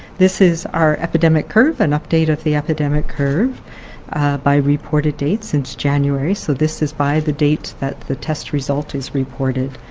this is our epidemic curve, an update of the epidemic curve by reported dates since january. so this is by the date that the test result is reported.